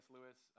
Lewis